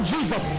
Jesus